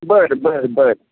बर बर बर